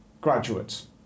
graduates